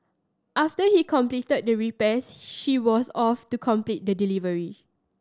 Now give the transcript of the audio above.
after he completed the repairs she was off to complete the delivery